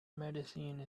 medicine